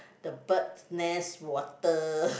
the bird nest water